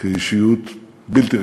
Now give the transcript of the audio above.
כאישיות בלתי רגילה,